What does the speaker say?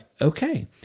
okay